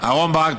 אהרון ברק,